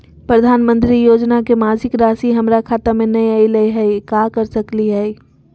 प्रधानमंत्री योजना के मासिक रासि हमरा खाता में नई आइलई हई, का कर सकली हई?